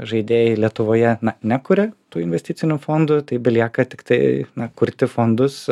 žaidėjai lietuvoje nekuria tų investicinių fondų tai belieka tiktai kurti fondus